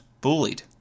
bullied